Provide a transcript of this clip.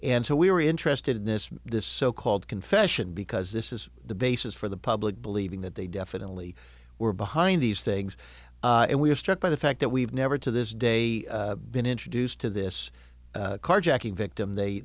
and so we were interested in this this so called confession because this is the basis for the public believing that they definitely were behind these things and we were struck by the fact that we've never to this day been introduced to this carjacking victim they